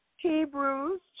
Hebrews